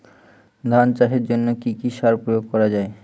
ধান চাষের জন্য কি কি সার প্রয়োগ করা য়ায়?